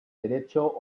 derecho